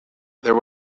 there